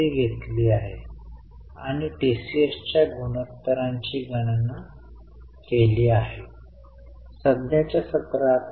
तर आपल्याला केशव लिमिटेड साठी कॅश फ्लो स्टेटमेंट तयार करण्यास सांगितले जाते